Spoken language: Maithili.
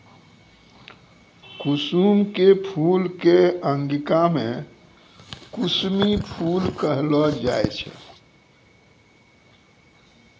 कुसुम के फूल कॅ अंगिका मॅ कुसमी फूल कहलो जाय छै